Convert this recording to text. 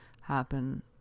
happen